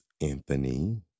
Anthony